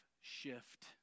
shift